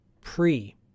pre